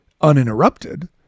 uninterrupted